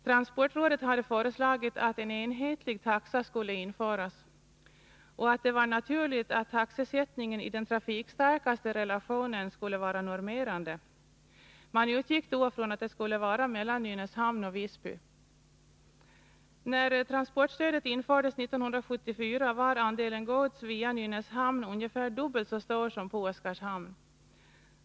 Transportrådet hade föreslagit att en enhetlig taxa skulle införas och ansåg att det var naturligt att taxesättningen i den trafikstarkaste relationen skulle vara normerande. Man utgick då ifrån att det skulle vara den mellan Nynäshamn och Visby. När transportstödet infördes 1974 var andelen gods via Nynäshamn ungefär dubbelt så stor som den via Oskarshamn.